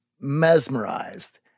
mesmerized